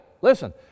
listen